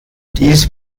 dies